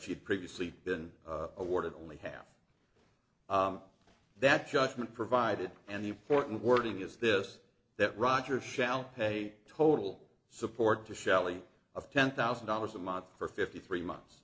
she'd previously been awarded only half that judgment provided and the important wording is this that rogers shall pay total support to shelley of ten thousand dollars a month for fifty three months